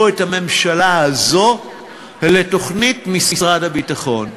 את הממשלה הזו לתוכנית משרד הביטחון,